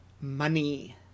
money